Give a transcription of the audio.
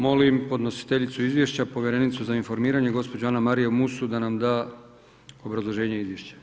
Molim podnositeljicu izvješća povjerenicu za informiranje gospođu Anamariju Musu da nam da obrazloženje izvješća.